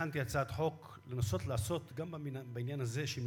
חברת הכנסת זהבה